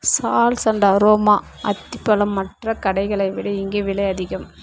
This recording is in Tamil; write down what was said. சால்ஸ் அண்டு அரோமா அத்திப்பழம் மற்ற கடைகளை விட இங்கே விலை அதிகம்